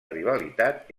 rivalitat